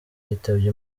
yitabye